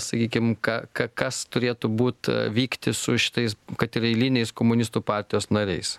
sakykim ka k kas turėtų būt vykti su šitais kad ir eiliniais komunistų partijos nariais